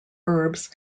herbs